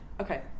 Okay